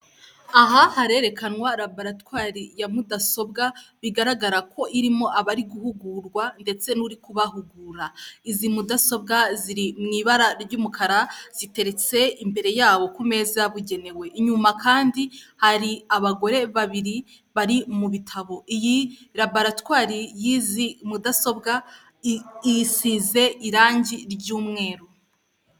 Abagabo babiri bambaye imyenda y'imikara bigaragara ko ari imyambaro ya polisi, bahagaze iruhande rw'inzu ntoya mu marembo y'ikigo cya polisi ishami rya Remera.